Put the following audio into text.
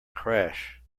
crash